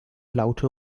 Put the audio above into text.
laute